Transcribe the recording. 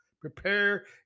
Prepare